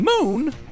Moon